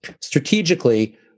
Strategically